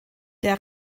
der